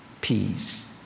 peace